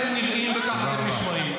כך אתם נראים וכך אתם נשמעים.